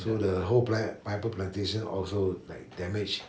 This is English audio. so the whole pi~ pineapple plantation also like damaged